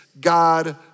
God